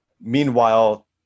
Meanwhile